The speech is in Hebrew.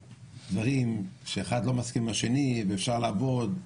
שבגלל שאחד לא מסכים עם השני אי אפשר לעבוד.